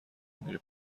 میره